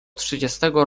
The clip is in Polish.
trzydziestego